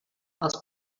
els